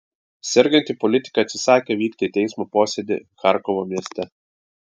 serganti politikė atsisakė vykti į teismo posėdį charkovo mieste